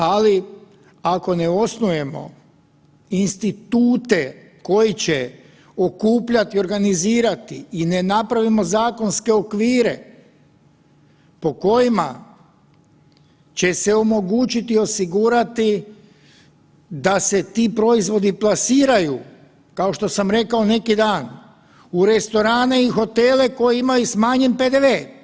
Ali ako ne osnujemo institute koji će okupljati, organizirati i ne napravimo zakonske okvire po kojima će se omogućiti osigurati da se ti proizvodi plasiraju kao što sam rekao neki dan u restorane i hotele koji imaju smanjen PDV.